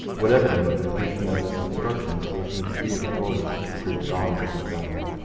whatever the motive, duchesneau's instructions gave him a degree of authority which proved galling to the governor.